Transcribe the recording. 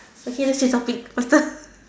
okay let's change topic faster